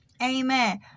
Amen